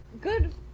good